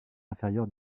inférieur